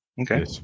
okay